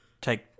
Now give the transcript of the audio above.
take